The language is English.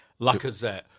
Lacazette